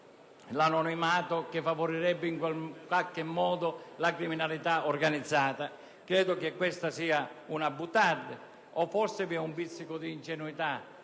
l'anonimato favorirebbe in qualche modo la criminalità organizzata. Credo che questa sia una *boutade*, o forse vi è un pizzico di ingenuità